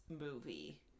movie